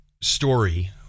story